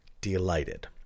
delighted